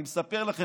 אני מספר לכם,